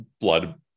blood